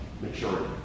maturity